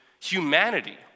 humanity